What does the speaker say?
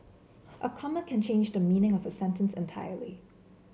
a comma can change the meaning of a sentence entirely